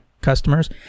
customers